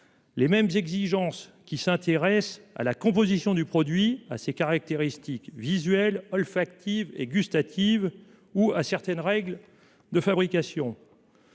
ses services s'intéressent à « la composition du produit, à ses caractéristiques visuelles, olfactives et gustatives ou à certaines règles de fabrication